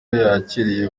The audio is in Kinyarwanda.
yakiriye